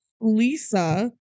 Lisa